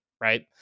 right